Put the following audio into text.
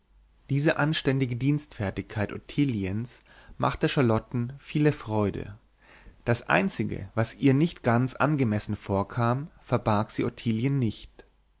diese anständige dienstfertigkeit ottiliens machte charlotten viele freude ein einziges was ihr nicht ganz angemessen vorkam verbarg sie ottilien nicht